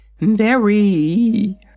Very